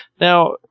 Now